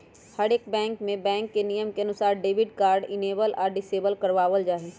हर bank में bank के नियम के अनुसार डेबिट कार्ड इनेबल या डिसेबल करवा वल जाहई